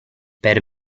per